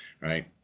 right